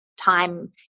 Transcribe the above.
time